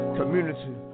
community